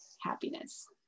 happiness